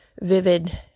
vivid